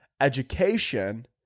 education